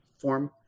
form